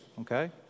Okay